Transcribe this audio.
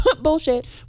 bullshit